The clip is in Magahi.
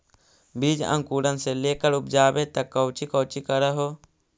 बीज अंकुरण से लेकर उपजाबे तक कौची कौची कर हो?